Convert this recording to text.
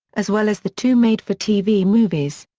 as well as the two made-for-tv movies.